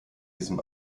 diesem